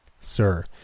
Sir